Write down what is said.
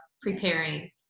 preparing